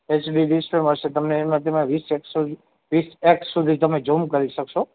HD display મળશે તમને એમાં તમે વીસ એકસો વીસ એક્સ સુધી તમે ઝૂમ કરી શકશો